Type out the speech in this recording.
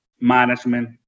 management